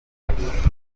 n’ubuzima